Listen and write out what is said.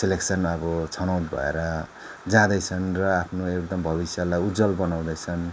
selection अब छनोट भएर जाँदैछन् र आफ्नो एकदम भविष्यलाई उज्ज्वल बनाउँदैछन्